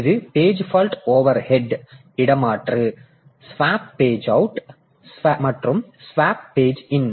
இது page fault overhead இடமாற்று swap page out மற்றும் ஸ்வாப்பு பேஜ் இன்